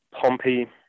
Pompey